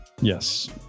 Yes